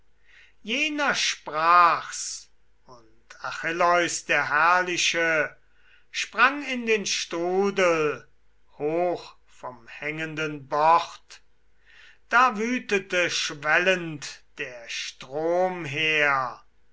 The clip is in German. jener sprach's und achilleus der herrliche sprang in den strudel hoch vom hängenden bord da wütete schwellend der strom